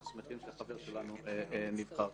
אנחנו שמחים שחבר שלנו נבחר.